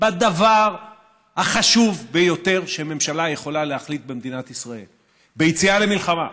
אלא בדבר החשוב ביותר שממשלה יכולה להחליט במדינת ישראל: ביציאה למלחמה,